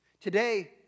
Today